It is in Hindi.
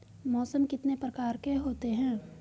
मौसम कितने प्रकार के होते हैं?